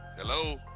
Hello